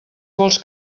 vols